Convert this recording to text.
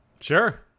Sure